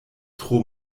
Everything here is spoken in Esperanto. tro